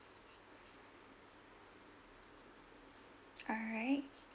alright